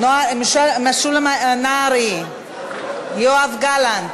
זאב אלקין, השר אורי אריאל, יוסף ג'בארין,